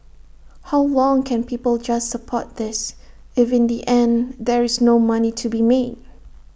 how long can people just support this if in the end there is no money to be made